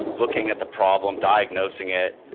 looking at the problem, diagnosing it,